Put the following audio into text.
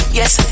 yes